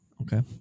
Okay